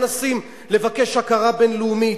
לא היינו מנסים לבקש הכרה בין-לאומית?